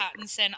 pattinson